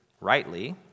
rightly